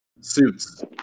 suits